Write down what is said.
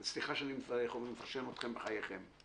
וסליחה שאני מפרשן אתכם בחייכם.